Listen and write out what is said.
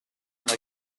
like